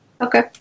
Okay